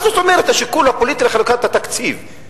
מה זאת אומרת "השיקול הפוליטי לחלוקת התקציב"?